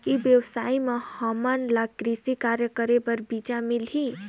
ई व्यवसाय म हामन ला कृषि कार्य करे बर बीजा मिलही?